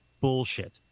bullshit